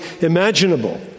imaginable